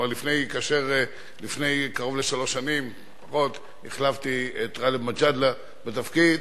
לפני קרוב לשלוש שנים החלפתי את גאלב מג'אדלה בתפקיד,